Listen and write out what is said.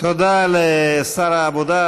תודה לשר העבודה,